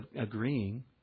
agreeing